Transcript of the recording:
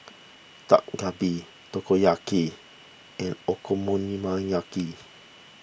Dak Galbi Takoyaki and Okonomiyaki